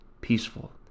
peaceful